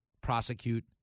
prosecute